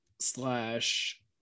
slash